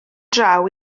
draw